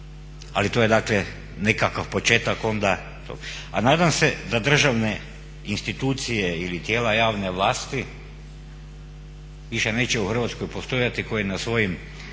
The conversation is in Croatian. ali to je dakle nekakav početak onda tog. A nadam se da državne institucije ili tijela javne vlasti više neće u Hrvatskoj postojati koje na svojim